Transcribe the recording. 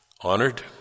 Honored